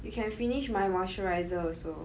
you can finish my moisturizer also